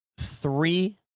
three